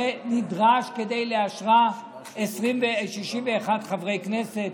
שנדרשים כדי לאשרה 61 חברי כנסת.